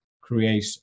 create